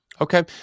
Okay